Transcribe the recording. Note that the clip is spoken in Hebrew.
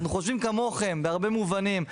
אנחנו חושבים כמוכן בהרבה מובנים,